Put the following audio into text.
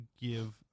give